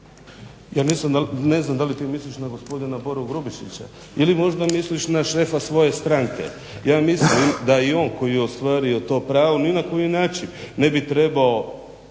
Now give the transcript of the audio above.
Ja ne znam da li ti misliš na gospodina Boru Grubišića ili možda misliš na šefa svoje stranke. Ja mislim da i on koji je ostvario to pravo ni na koji način ne bi trebao